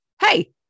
hey